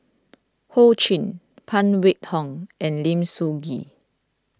Ho Ching Phan Wait Hong and Lim Sun Gee